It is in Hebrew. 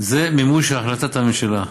זה מימוש החלטת הממשלה,